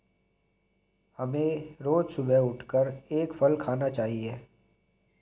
हमें रोज सुबह उठकर एक फल खाना चाहिए